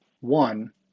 one